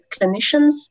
clinicians